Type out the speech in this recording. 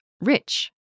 rich